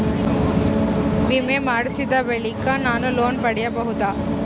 ವಿಮೆ ಮಾಡಿಸಿದ ಬಳಿಕ ನಾನು ಲೋನ್ ಪಡೆಯಬಹುದಾ?